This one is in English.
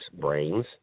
brains